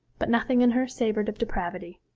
but nothing in her savoured of depravity.